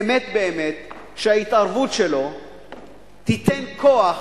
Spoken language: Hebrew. באמת באמת, שההתערבות שלו תיתן כוח